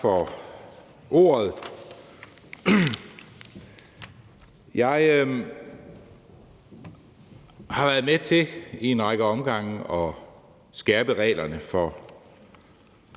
Tak for ordet. Jeg har været med til i en række omgange at skærpe reglerne for